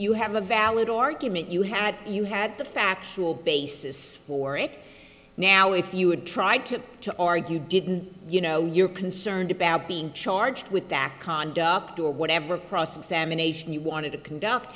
you have a valid argument you had you had the factual basis for and now if you had tried to to argue didn't you know you're concerned about being charged with that conductivity whatever cross examination you wanted to conduct